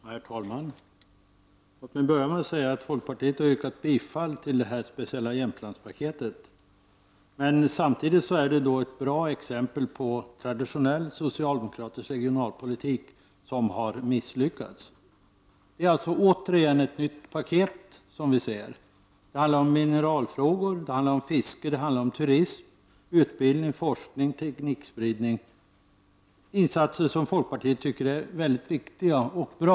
Herr talman! Låt mig börja med att säga att folkpartiet yrkar bifall till detta speciella Jämtlandspaket. Men samtidigt är detta ett bra exempel på traditionell socialdemokratisk regionalpolitik som har misslyckats. Det är alltså återigen fråga om ett nytt paket. Det handlar om mineralfrågor, tiske, turism, utbildning, forskning och teknikspridning. Detta är insatser, som folkpartiet anser är mycket viktiga och bra.